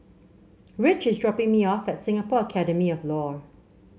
Rich is dropping me off at Singapore Academy of Law